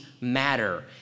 matter